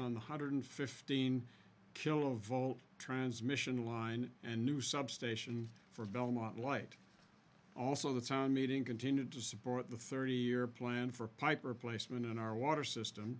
one hundred fifteen kilovolt transmission line a new substation for belmont light also the town meeting continued to support the thirty year plan for pipe replacement in our water system